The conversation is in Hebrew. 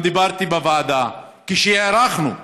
גם דיברתי בוועדה, כשהארכנו,